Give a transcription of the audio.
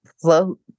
float